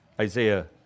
Isaiah